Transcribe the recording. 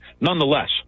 nonetheless